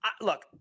look